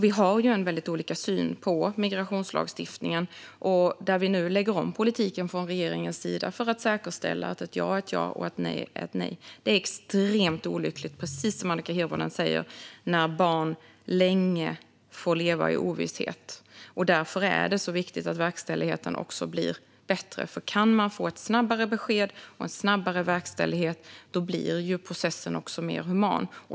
Vi har väldigt olika syn på migrationslagstiftningen. Från regeringens sida lägger vi nu om lagstiftningen för att säkerställa att ett ja är ett ja och ett nej är ett nej. Det är, precis som Annika Hirvonen säger, extremt olyckligt när barn länge får leva i ovisshet. Därför är det så viktigt att verkställigheten blir bättre. Kan man få ett snabbare besked och en snabbare verkställighet blir processen också mer human.